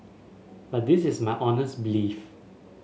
but this is my honest belief